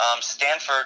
Stanford